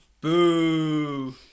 Boo